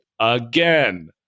again